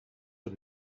got